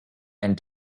and